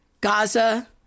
Gaza